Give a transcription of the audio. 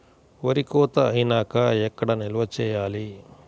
వరి కోత అయినాక ఎక్కడ నిల్వ చేయాలి?